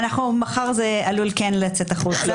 מחר זה עלול לצאת החוצה.